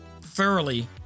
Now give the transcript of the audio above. thoroughly